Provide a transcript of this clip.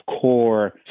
core